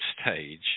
stage